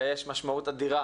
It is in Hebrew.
יש משמעות אדירה